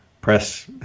press